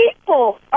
people